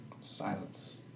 Silence